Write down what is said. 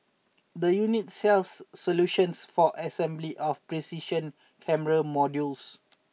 the unit sells solutions for assembly of precision camera modules